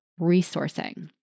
resourcing